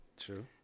True